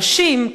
הנשים,